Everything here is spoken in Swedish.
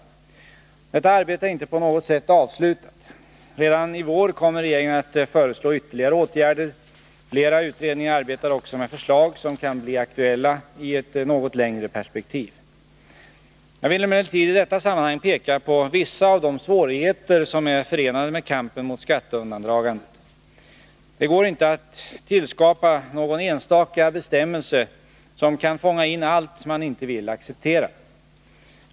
Detta arbete är inte på något sätt avslutat. Redan i vår kommer regeringen att föreslå ytterligare åtgärder. Flera utredningar arbetar också med förslag som kan bli aktuella i ett något längre perspektiv. Jag vill emellertid i detta sammanhang peka på vissa av de svårigheter som är förenade med kampen mot skatteundandragandet. Det går inte att tillskapa någon enstaka bestämmelse som kan fånga in allt man inte vill acceptera.